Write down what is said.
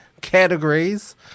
categories